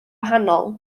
wahanol